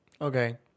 Okay